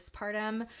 postpartum